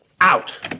Out